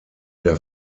der